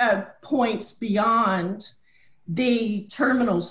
points beyond the term